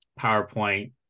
PowerPoint